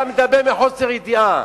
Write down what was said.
אתה מדבר מחוסר ידיעה.